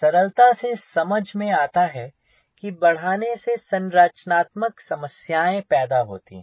सरलता से समझ में आता है कि बढ़ाने से संरचनात्मक समस्याएं पैदा होती है